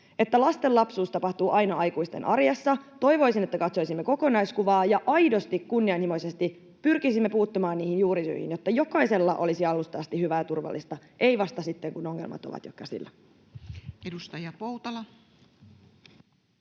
lasten lapsuus tapahtuu aina aikuisten arjessa, ja toivoisin, että katsoisimme kokonaiskuvaa ja aidosti ja kunnianhimoisesti pyrkisimme puuttumaan niihin juurisyihin, jotta jokaisella olisi alusta asti hyvää ja turvallista. Ei vasta sitten, kun ongelmat ovat jo käsillä. Edustaja Poutala.